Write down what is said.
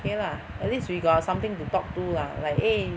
kay lah at least we got something to talk to lah like eh